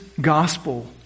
gospel